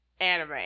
anime